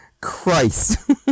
Christ